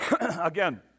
again